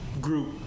group